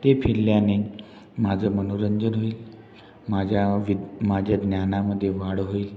ते फिरल्याने माझं मनोरंजन होईल माझ्या विद माझ्या ज्ञानामध्ये वाढ होईल